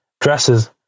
dresses